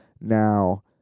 Now